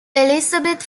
elisabeth